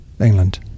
England